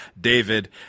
David